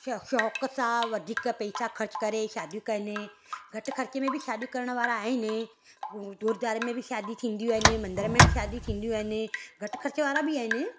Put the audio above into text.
शौ शौक़ु सां वधीक पेसा ख़र्च करे शादियूं कनि घटि खर्चे में बि शादियूं करण वारा आहिनि गुरद्वारे में बि शादी थींदियूं आहिनि मंदर में बि शादी थींदियूं आहिनि घटि ख़र्च वारा बि आहियूं